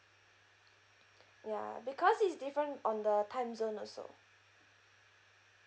ya because is different on the time zone also